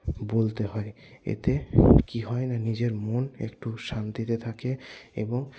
বলতে হয় এতে কি হয় না নিজের মন একটু শান্তিতে থাকে এবং